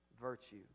virtue